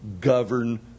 govern